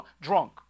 drunk